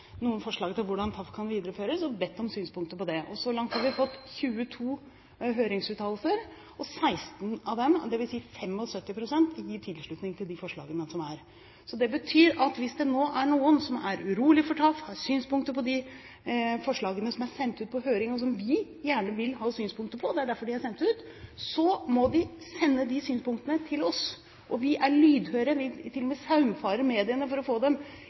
noen forslag til hvordan TAF kan videreføres, og bedt om synspunkter på dem. Så langt har vi fått 22 høringsuttalelser. 16 av dem, dvs. 75 pst., gir tilslutning til de forslagene som foreligger. Det betyr at hvis det nå er noen som er urolige for TAF og har synspunkter på de forslagene som er sendt ut på høring, som vi gjerne vil ha synspunkter på – det er derfor de er sendt ut – må de sende disse synspunktene til oss. Vi er lydhøre. Vi saumfarer til og med mediene for å få dem,